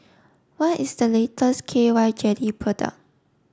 what is the latest K Y jelly product